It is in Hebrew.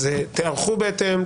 תיערכו בהתאם.